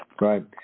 Right